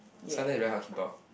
suddenly it's very hard to keep out